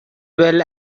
well